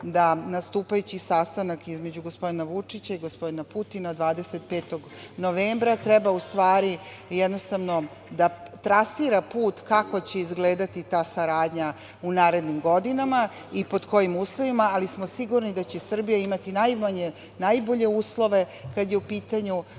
da nastupajući sastanak između gospodina Vučića i gospodina Putina 25. novembra treba da trasira put kako će izgledati ta saradnja u narednim godinama i pod kojim uslovima, ali smo sigurni da će Srbija imati najbolje uslove, kada je u pitanju